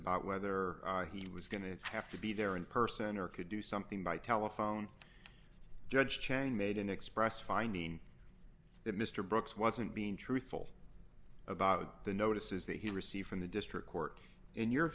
about whether he was going to have to be there in person or could do something by telephone judge chang made an express finding that mr brooks wasn't being truthful about the notices that he received from the district court in your